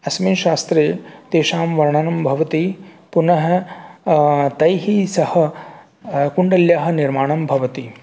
अस्मिन् शास्त्रे तेषां वर्णनं भवति पुनः तैः सह कुण्डल्यः निर्माणं भवति